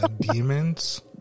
Demons